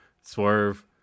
Swerve